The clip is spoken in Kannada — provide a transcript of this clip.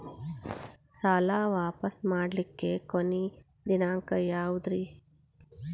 ಸಾಲಾ ವಾಪಸ್ ಮಾಡ್ಲಿಕ್ಕೆ ಕೊನಿ ದಿನಾಂಕ ಯಾವುದ್ರಿ?